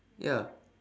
ya